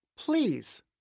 Please